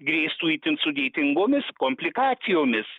grėstų itin sudėtingomis komplikacijomis